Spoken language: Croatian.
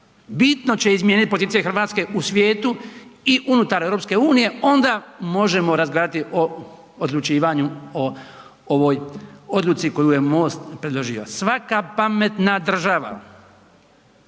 bitno će izmijeniti poziciju RH u svijetu i unutar EU, onda možemo razgovarati o odlučivanju o ovoj odluci koju je MOST predložio. Svaka pametna država